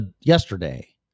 yesterday